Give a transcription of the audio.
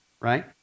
right